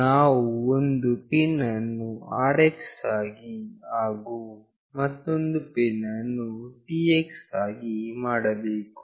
ನಾವು ಒಂದು ಪಿನ್ ಅನ್ನು RX ಆಗಿ ಹಾಗು ಮತ್ತೊಂದು ಪಿನ್ ಅನ್ನು TX ಆಗಿ ಮಾಡಬೇಕು